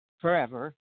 forever